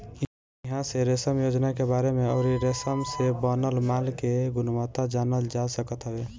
इहां से रेशम योजना के बारे में अउरी रेशम से बनल माल के गुणवत्ता जानल जा सकत हवे